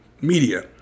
Media